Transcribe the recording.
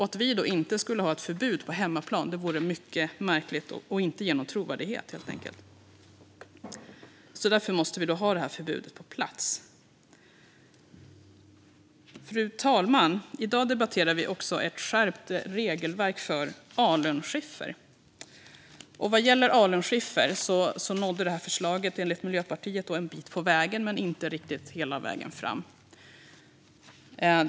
Att då inte ha ett förbud på hemmaplan skulle vara mycket märkligt och inte ge någon trovärdighet. Därför måste vi få det här förbudet på plats. Fru talman! I dag debatterar vi också ett skärpt regelverk för utvinning i alunskiffer. Vad gäller alunskiffer når det här förslaget enligt Miljöpartiet en bit på vägen men inte hela vägen fram.